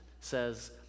says